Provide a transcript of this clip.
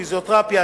פיזיותרפיה,